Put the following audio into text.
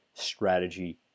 strategy